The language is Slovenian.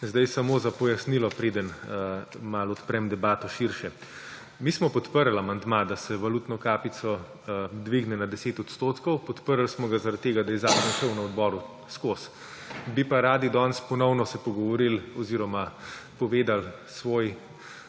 Samo za pojasnilo, preden malo odprem debato širše. Mi smo podprli amandma, da se valutno kapico dvigne na 10 odstotkov. Podprli smo ga zaradi tega, da je zakon prišel na odboru skozi, bi pa radi danes ponovno se pogovorili oziroma povedali svojo